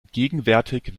gegenwärtig